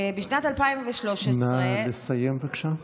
בשנת 2013, נא לסיים, בבקשה.